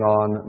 on